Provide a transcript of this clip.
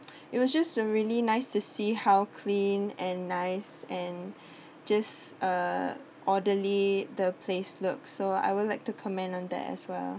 it was just really nice to see how clean and nice and just uh orderly the place looked so I would like to comment on that as well